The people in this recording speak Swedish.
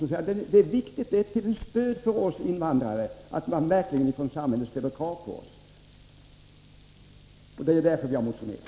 De säger: Det är ett stöd för oss invandrare att samhället verkligen ställer krav på oss. Det är därför vi motionerat.